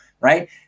right